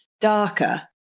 darker